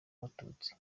abatutsi